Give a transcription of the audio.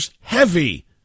heavy